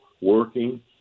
working